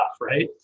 right